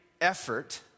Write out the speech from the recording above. effort